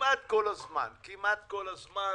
כמעט כל הזמן כמעט כל הזמן,